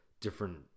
different